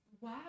Wow